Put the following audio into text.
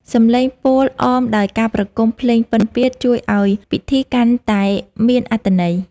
សំឡេងពោលអមដោយការប្រគំភ្លេងពិណពាទ្យ ជួយឱ្យពិធីកាន់តែមានអត្ថន័យ។